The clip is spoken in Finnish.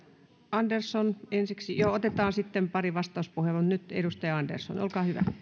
andersson ensiksi joo otetaan sitten pari vastauspuheenvuoroa nyt edustaja andersson olkaa hyvä